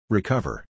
Recover